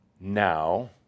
now